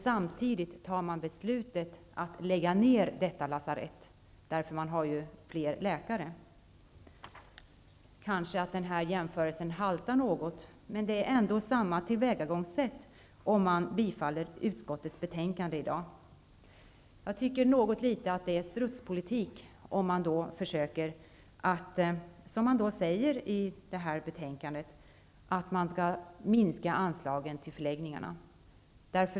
Samtidigt fattas beslutet att detta lasarett skall läggas ner. Den här jämförelsen haltar kanske något. Men tillvägagångssättet är detsamma -- om nu utskottets hemställan bifalles i dag. Jag tycker att det är litet grand av strutspolitik att, som det sägs i betänkandet, minska anslagen till förläggningarna.